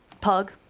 pug